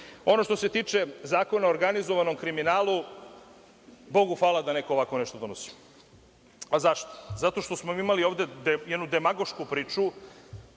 što se tiče zakona o organizovanom kriminalu, bogu hvala da neko ovako nešto donosi. Zašto? Zato što smo ovde imali jednu demagošku priču.